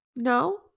No